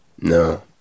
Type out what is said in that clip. No